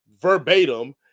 verbatim